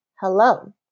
hello